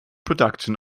production